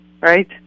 right